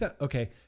Okay